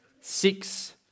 Six